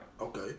Okay